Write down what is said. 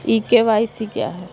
ई KYC क्या है?